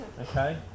okay